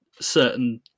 certain